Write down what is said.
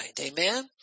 Amen